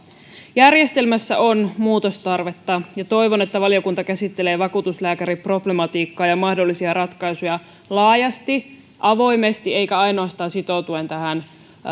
järjestelmässä on muutostarvetta ja toivon että valiokunta käsittelee vakuutuslääkäriproblematiikkaa ja mahdollisia ratkaisuja laajasti avoimesti eikä ainoastaan sitoutuen tähän